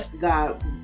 God